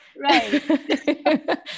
Right